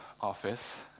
office